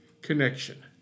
connection